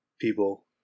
people